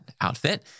outfit